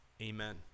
Amen